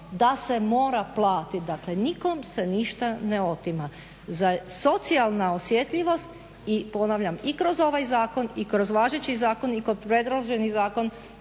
da se mora platiti, dakle nikom se ništa ne otima. Za socijalna osjetljivost i ponavljam i kroz ovaj zakon i kroz važeći zakon i kroz predloženi zakon